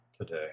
today